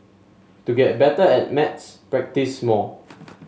to get better at maths practise more